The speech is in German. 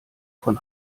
von